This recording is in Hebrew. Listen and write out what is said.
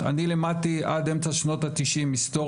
אני נפעם ואמרתי לך את זה בשיחה אישית לפני